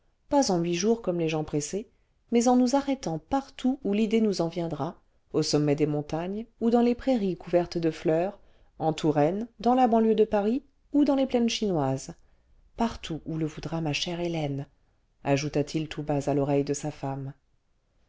pas en huit jours comme les gens pressés mais en nous arrêtant partout où l'idée nous en viendra au sommet des montagnes ou dans les prairies couvertes de fleurs en touraine dans la banlieue de paris ou daus les plaines chinoises partout où le voudra nia chère hélène ajouta-t-il tout bas à l'oreille de sa femme